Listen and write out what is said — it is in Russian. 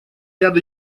ряд